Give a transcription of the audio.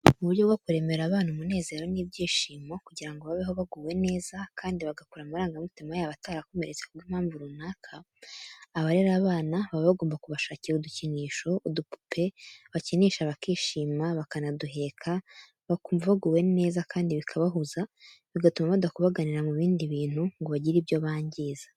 Mu buryo bwo kuremera abana umunezero n'ibyishimo kugira ngo babeho baguwe neza kandi bagakura amarangamutima yabo atarakomeretse ku bw'impamvu runaka, abarera abana baba bagomba kubashakira udukinisho, udupupe bakinisha bakishima bakanaduheka bakumva baguwe neza kandi bikabahuza bigatuma badakubaganira mu bindi bintu ngo bagire ibyo bangiza.